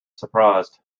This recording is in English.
surprised